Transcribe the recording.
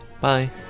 Bye